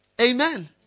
Amen